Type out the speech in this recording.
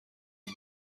بود